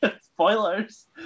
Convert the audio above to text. Spoilers